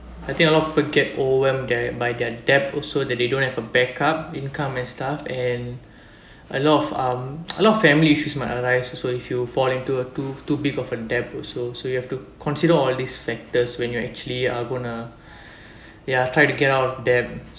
I think a lot of people get overwhelmed by their debt also that they don't have a backup income and stuff and a lot of um a lot of family issues might arise also if you fall into uh too too big of a debt also so you have to consider all these factors when you're actually are gonna ya try to get out of debt